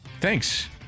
Thanks